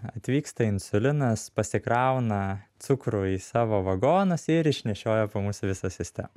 atvyksta insulinas pasikrauna cukrų į savo vagonus ir išnešioja po mūsų visą sistemą